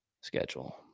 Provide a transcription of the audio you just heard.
schedule